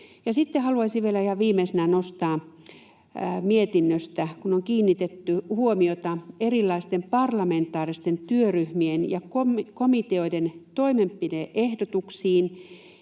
Sitten haluaisin vielä ihan viimeisenä nostaa mietinnöstä sen, että on kiinnitetty huomiota erilaisten parlamentaaristen työryhmien ja komiteoiden toimenpide-ehdotuksiin